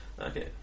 Okay